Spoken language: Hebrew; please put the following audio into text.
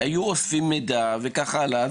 היו אוספים מידע וכך הלאה,